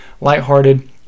lighthearted